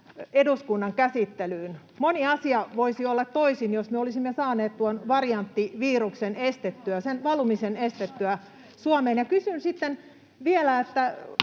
eduskunnan käsittelyyn? Moni asia voisi olla toisin, jos me olisimme saaneet estettyä tuon varianttiviruksen, estettyä sen valumisen Suomeen. Kysyn sitten vielä,